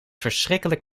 verschrikkelijk